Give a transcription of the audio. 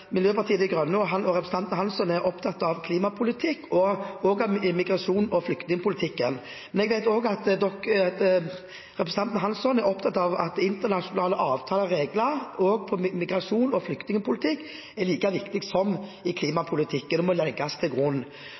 Miljøpartiet De Grønne og representanten Hansson er opptatt av klimapolitikk, migrasjon og flyktningpolitikk. Jeg vet også at representanten Hansson er opptatt av at internasjonale avtaler og regler innen migrasjon og flyktningpolitikk er like viktig som regler i klimapolitikken – det må legges til grunn.